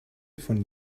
von